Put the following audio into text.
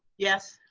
yes.